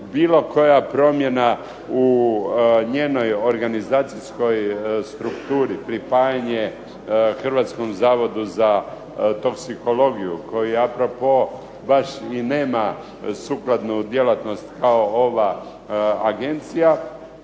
bilo koja promjena u njenoj organizacijskoj strukturi, pripajanje hrvatskom zavodu za toksikologiju koji a propos baš i nema sukladnu djelatnost kao ova agencija,